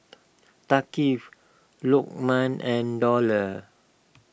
Thaqif Lukman and Dollah